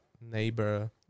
neighbor